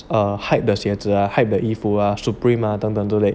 err hype 的鞋子 ah hype 的衣服 are supreme ah 等等之类